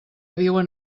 viuen